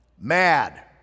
Mad